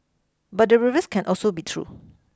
but the reverse can also be true